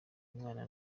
mwana